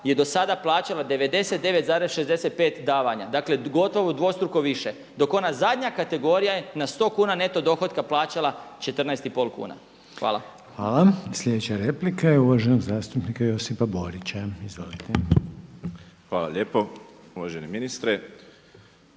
je do sada plaćala 99,65 davanja. Dakle, gotovo dvostruko više. Dok ona zadnja kategorija je na 100 kuna neto dohotka plaćala 14 i pol kuna. Hvala. **Reiner, Željko (HDZ)** Hvala. Sljedeća replika je uvaženog zastupnika Josipa Borića. Izvolite. **Borić, Josip